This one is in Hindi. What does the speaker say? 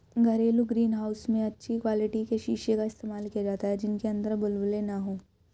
घरेलू ग्रीन हाउस में अच्छी क्वालिटी के शीशे का इस्तेमाल किया जाता है जिनके अंदर बुलबुले ना हो